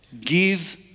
give